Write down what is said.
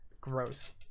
gross